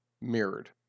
mirrored